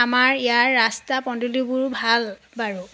আমাৰ ইয়াৰ ৰাস্তা পদুলিবোৰ ভাল বাৰু